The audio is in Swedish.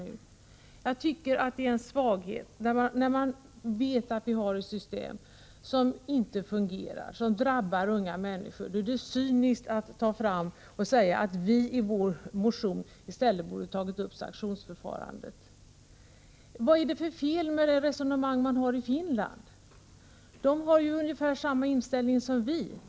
När Karl-Erik Svartberg vet att man har ett system som inte fungerar och som drabbar unga människor, är det cyniskt att säga att vi i vår motion borde ha tagit upp sanktionsförfarandet. Vad är det för fel på det resonemang som förs i Finland? Där har man ungefär samma inställning som vi.